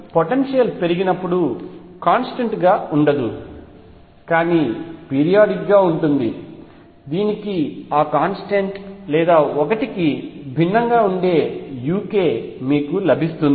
కాబట్టి పొటెన్షియల్ పెరిగినప్పుడు కాంస్టెంట్ గా ఉండదు కానీ పీరియాడిక్ గా ఉంటుంది దీనికి ఆ కాంస్టెంట్ లేదా 1కి భిన్నంగా ఉండే uk మీకు లభిస్తుంది